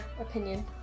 opinion